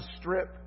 Strip